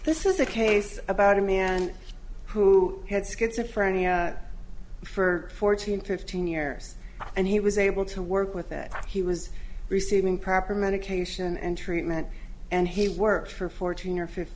this is a case about a man who had schizophrenia for fourteen fifteen years and he was able to work with that he was receiving proper medication and treatment and he worked for fourteen or fifteen